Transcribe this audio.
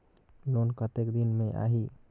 Loan कतेक दिन मे आही?